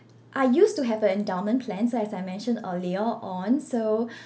I used to have a endowment plan so as I mentioned earlier on so